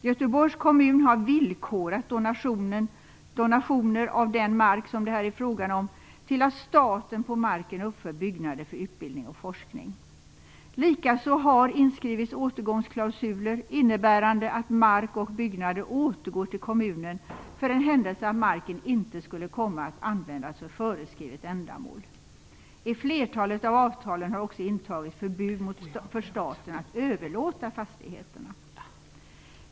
Göteborgs kommun har villkorat donationer av den mark som det är fråga om till att staten på marken uppför byggnader för utbildning och forskning. Likaså har inskrivits återgångsklausuler innebärande att mark och byggnader återgår till kommunen för den händelse att marken inte skulle komma att användas för föreskrivet ändamål. I flertalet av avtalen har också intagits förbud för staten att överlåta fastigheterna.